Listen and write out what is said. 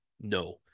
No